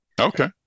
Okay